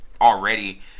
already